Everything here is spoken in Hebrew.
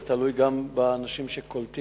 זה תלוי גם באנשים שקולטים.